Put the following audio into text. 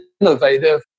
innovative